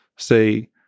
say